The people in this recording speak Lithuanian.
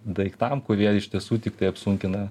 daiktam kurie iš tiesų tiktai apsunkina